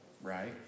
right